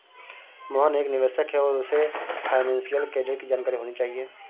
मोहन एक निवेशक है और उसे फाइनेशियल कैरियर की जानकारी होनी चाहिए